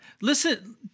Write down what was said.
listen